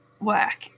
work